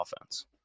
offense